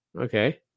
Okay